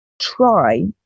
try